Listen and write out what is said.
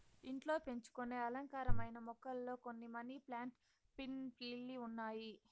ఇంట్లో పెంచుకొనే అలంకారమైన మొక్కలలో కొన్ని మనీ ప్లాంట్, పీస్ లిల్లీ ఉన్నాయి